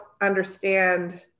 understand